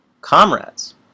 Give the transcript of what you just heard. comrades